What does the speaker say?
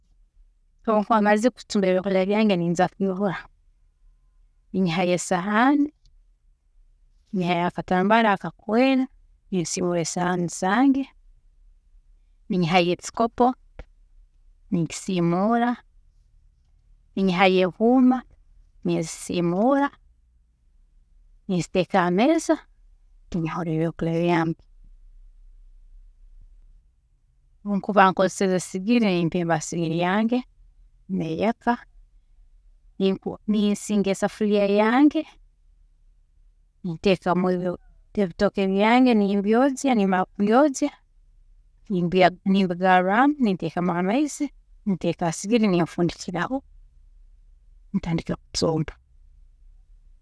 ﻿Obu nkuba mazire kucumba ebyokurya byange ninjya kwiihura, ninyihayo esahaani, ninyihayo akatambaala akakweeraa ninsiimuura esahaani zange, ninyihayo ekikopo, ninkisiimuura, ninyihayo ehuuma ninzisiimuura, ninziteeka ha meeza ninyihura ebyokurya byange. Obu nkuba nkozeseze sigiri nimpeemba sigiri yange neyaka, ninsi ninsinga esafuriya yange ninteekamu ebi- ebitooke byange nimbyoojya, nimara kubyoojya nimbigaarramu, ninteekamu amaizi ninteeka ha sigiri ninfundikiraho, nintandika kucumba.